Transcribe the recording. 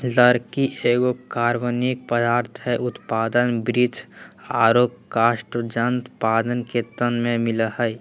लकड़ी एगो कार्बनिक पदार्थ हई, उत्पादन वृक्ष आरो कास्टजन्य पादप के तना में मिलअ हई